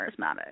charismatic